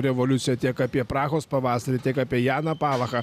revoliuciją tiek apie prahos pavasarį tiek apie janą palachą